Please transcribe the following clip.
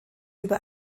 über